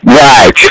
right